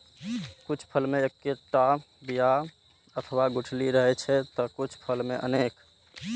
कुछ फल मे एक्केटा बिया अथवा गुठली रहै छै, ते कुछ फल मे अनेक